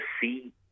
see